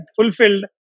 fulfilled